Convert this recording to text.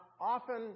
often